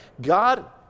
god